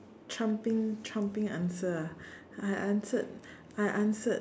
trumping trumping answer ah I answered I answered